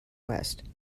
west